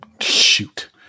shoot